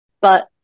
but-